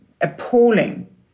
appalling